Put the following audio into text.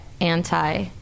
anti-